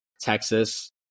Texas